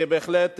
בהחלט,